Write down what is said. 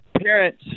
parents